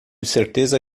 certeza